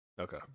Okay